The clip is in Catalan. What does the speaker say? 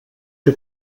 que